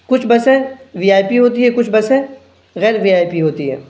کچھ بسیں V I P ہوتی ہے کچھ بسیں غیر وی آئی پی ہوتی ہے